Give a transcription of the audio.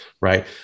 right